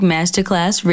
Masterclass